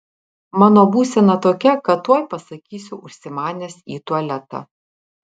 mano būsena tokia kad tuoj pasakysiu užsimanęs į tualetą